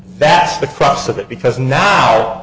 that's the crux of it because now